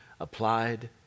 Applied